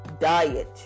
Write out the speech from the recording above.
diet